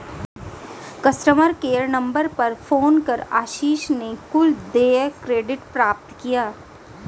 customer care number पर phone कर आशीष ने कुल देय क्रेडिट प्राप्त किया